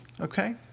okay